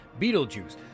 Beetlejuice